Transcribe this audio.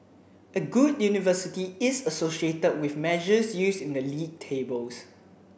a good university is associated with measures used in the league tables